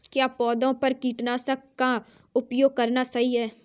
क्या पौधों पर कीटनाशक का उपयोग करना सही है?